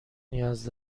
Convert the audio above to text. نیاز